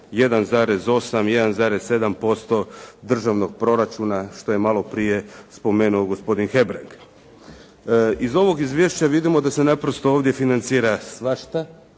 1.8, 1.7% državnog proračuna što je maloprije spomenuo gospodin Hebrang. Iz ovog izvješća vidimo da se naprosto ovdje financira svašta